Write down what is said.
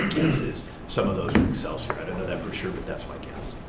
is some of those were excelsior. i don't know that for sure, but that's my guess.